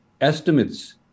estimates